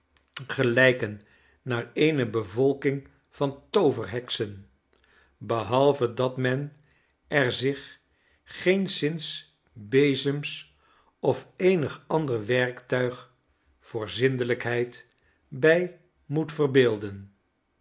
gelijken naar eene bevolking van tooverheksen behalve dat men er zich geenszins bezems of eenig ander werktuig voor zindelijkheid bij moet verbeelden